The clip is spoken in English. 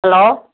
hello